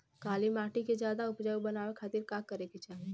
काली माटी के ज्यादा उपजाऊ बनावे खातिर का करे के चाही?